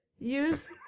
Use